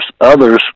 others